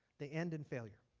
they ended in failure.